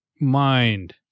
mind